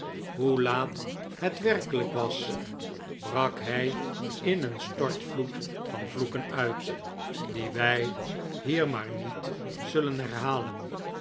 hoe laat het werkelijk was brak hij in een stortvloed van vloeken uit dien wij hier maar niet zullen herhalen